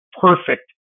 perfect